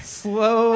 slow